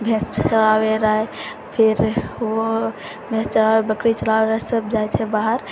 भैंस चराबै लऽ फिर भैंस चराबै बकरी चराबै सब जाइ छै बाहर